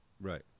Right